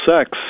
sex